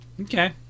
Okay